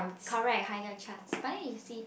correct higher chance but then you see